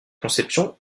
conception